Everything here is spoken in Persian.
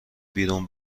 بیرون